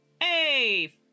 Hey